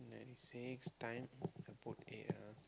then six time I put eight ah